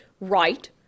right